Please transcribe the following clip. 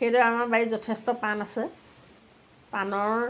সেইদৰে আমাৰ বাৰীত যথেষ্ট পান আছে পানৰ